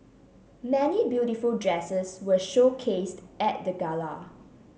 many beautiful dresses were showcased at the gala